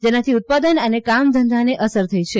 જેનાથી ઉત્પાદન અને કામ ધંધાને અસર થઇ છે